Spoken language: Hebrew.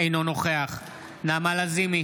אינו נוכח נעמה לזימי,